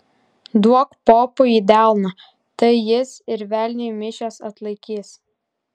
duok popui į delną tai jis ir velniui mišias atlaikys